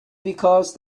because